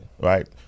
right